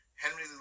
Henry